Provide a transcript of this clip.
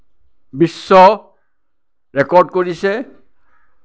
বিশ্ব record কৰিছে